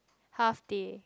half day